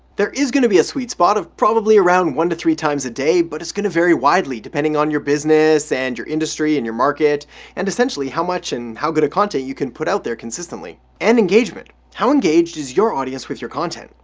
there is going to be a sweet spot of probably around one to three times a day but it's going to vary widely depending on your business and your industry and your market and essentially, how much and how good a content you can put out there consistently and engagement, how engaged is your audience with your content?